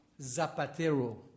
Zapatero